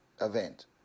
event